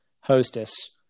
hostess